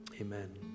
Amen